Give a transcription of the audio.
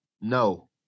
No